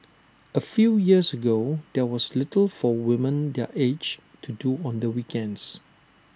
A few years ago there was little for women their age to do on the weekends